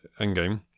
Endgame